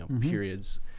periods